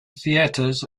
theaters